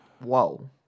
Whoa